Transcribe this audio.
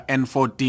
N14